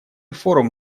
форум